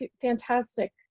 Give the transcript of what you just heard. fantastic